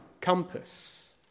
compass